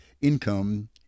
income